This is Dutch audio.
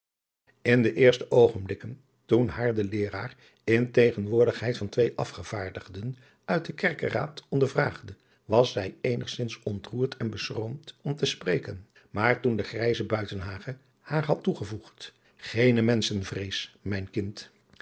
in de eerste oogenblikken toen haar de leeraar in tegenwoordigheid van twee afgevaardigden uit adriaan loosjes pzn het leven van hillegonda buisman den kerkeraad ondervraagde was zij eenigzins ontroerd en beschroomd om te spreken maar toen de grijze buitenhagen haar had toegevoegd geene menschenvrees mijn kind